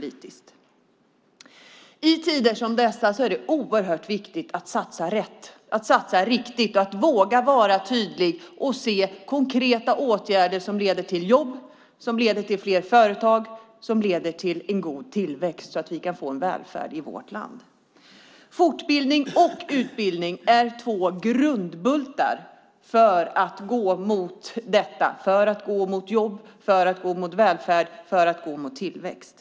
I tider som dessa är det oerhört viktigt att satsa rätt, att våga vara tydlig och se konkreta åtgärder som leder till jobb och fler företag som leder till en god tillväxt så att vi kan få en välfärd i vårt land. Fortbildning och utbildning är två grundbultar för att gå mot jobb, välfärd och tillväxt.